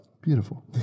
beautiful